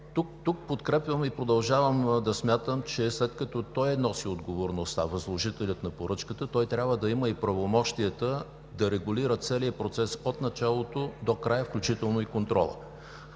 Тук подкрепям и продължавам да смятам, че след като възложителят на поръчката носи отговорността, той трябва да има и правомощията да регулира целия процес от началото до края, включително и контрола.